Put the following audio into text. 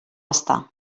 estar